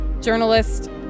journalist